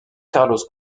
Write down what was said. carlos